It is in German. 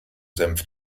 senf